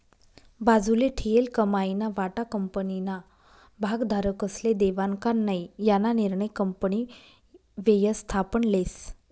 बाजूले ठीयेल कमाईना वाटा कंपनीना भागधारकस्ले देवानं का नै याना निर्णय कंपनी व्ययस्थापन लेस